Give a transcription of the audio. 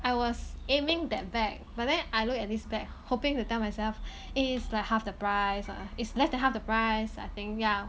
I was aiming that bag but then I look at this bag hoping to tell myself is like half the price ah is less than half the price I think yeah